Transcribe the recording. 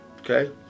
okay